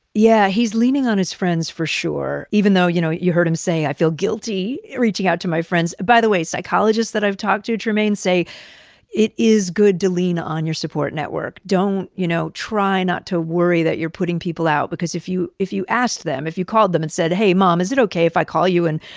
yeah, he's leaning on his friends for sure even though, you know, you heard him say, i feel guilty reaching out to my friends. by the way, psychologists that i've talked to, trymaine, say it is good to lean on your support network. you know, try not to worry that you're putting people out. because if you if you asked them, if you called them and said, hey mom. is it okay if i call you and,